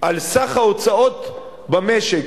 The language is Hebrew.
על סך ההוצאות במשק,